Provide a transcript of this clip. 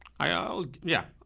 i'll, yeah.